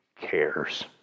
cares